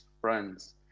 friends